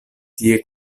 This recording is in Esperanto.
tie